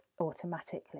automatically